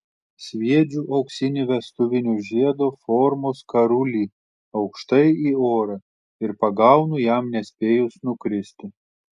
sviedžiu auksinį vestuvinio žiedo formos karulį aukštai į orą ir pagaunu jam nespėjus nukristi